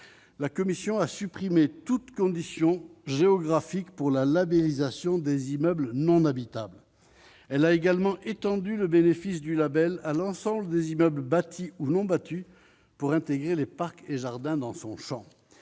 la commission a supprimé toutes conditions géographiques pour la labellisation des immeubles non habitable, elle a également étendu le bénéfice du Label à l'ensemble des immeubles bâtis ou non-battu pour intégrer les parcs et jardins dans son Champ,